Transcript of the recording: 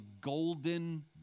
golden